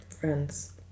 friends